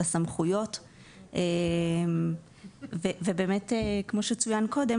לסמכויות ובאמת כמו שצוין קודם,